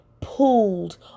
Pulled